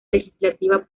legislativa